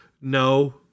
no